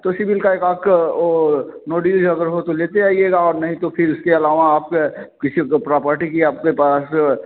तो सिबील का एक आपको ओ नोटिस जो अगर हो लेते आइएगा नहीं तो फिर इसके अलावा आपके पिछली जो प्रॉपटी थी आपके पास